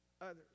others